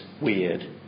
weird